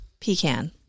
pecan